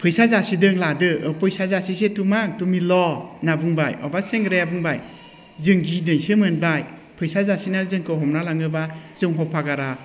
फैसा जासिदों लादो होनना बुंबाय अब्ला सेंग्राया बुंबाय जों गिनायसो मोनबाय फैसा जासिना जोंखौ हमना लाङोबा जों हफागारा